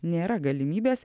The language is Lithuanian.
nėra galimybės